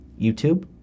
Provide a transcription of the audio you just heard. YouTube